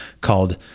called